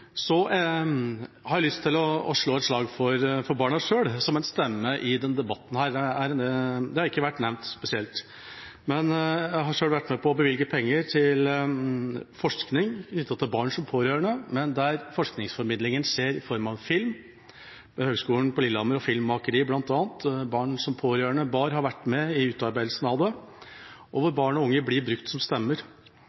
Så har jeg lyst til å slå et slag for barna selv, som en stemme i denne debatten. Det har ikke vært nevnt spesielt. Jeg har selv vært med på å bevilge penger til forskning knyttet til barn som pårørende, der forskningsformidlinga skjer i form av film fra Høgskolen på Lillehammer og Filmmakeriet, bl.a – BAR har vært med i utarbeidelsen av det – der barn og unge blir brukt som stemmer.